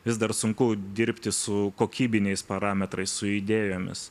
vis dar sunku dirbti su kokybiniais parametrais su idėjomis